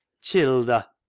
childer,